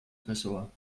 tresor